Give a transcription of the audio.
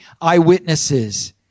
eyewitnesses